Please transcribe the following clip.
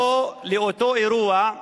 שותפו לאותו אירוע,